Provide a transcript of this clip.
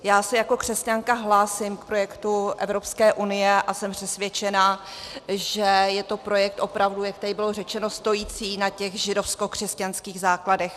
Já se jako křesťanka hlásím k projektu Evropské unie a jsem přesvědčena, že je to projekt opravdu, jak tady bylo řečeno, stojící na židovskokřesťanských základech.